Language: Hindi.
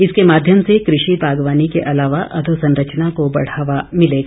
इसके माध्यम से कृषि बागवानी के अलावा अधोसरंचना को बढ़ावा मिलेगा